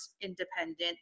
independent